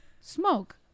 smoke